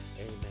amen